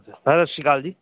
sir ਸਤਿ ਸ਼੍ਰੀ ਅਕਾਲ ਜੀ